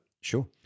sure